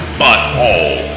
butthole